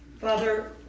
Father